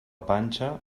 panxa